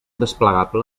desplegable